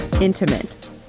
intimate